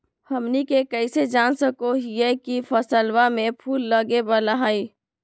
हमनी कइसे जान सको हीयइ की फसलबा में फूल लगे वाला हइ?